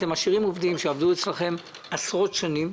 אתם משאירים עובדים שעבדו אצלכם עשרות שנים,